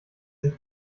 sich